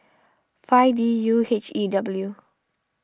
five D U H E W